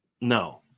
No